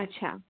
আচ্ছা